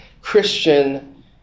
Christian